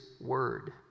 word